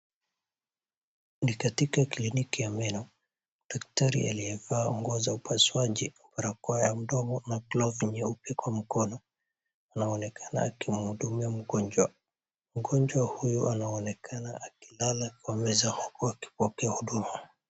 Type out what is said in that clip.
Ni katika kliniki ya meno daktari aliyevaa nguo za upasuaji barakoa ya mdomo na glovu nyeupe kwa mkono anaonekana akimhudumia mgonjwa .Mgonjwa huyu anaonekana akilala kwa meza huku akipokea huduma .